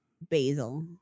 Basil